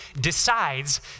decides